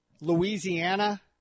Louisiana